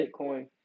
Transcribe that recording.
bitcoin